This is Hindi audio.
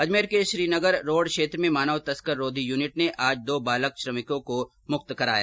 अजमेर के श्रीनगर रोड क्षेत्र में मानव तस्कर रोधी यूनिट ने आज दो बाल श्रमिकों को मुक्त कराया